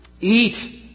eat